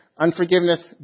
unforgiveness